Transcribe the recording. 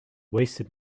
wasted